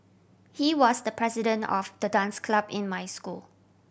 he was the president of the dance club in my school